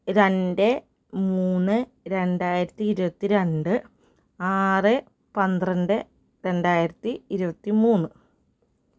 രണ്ട് മൂന്ന് രണ്ടായിരത്തി ഇരുപത്തി രണ്ട് ആറ് പന്ത്രണ്ട് രണ്ടായിരത്തി ഇരുപത്തി മൂന്ന്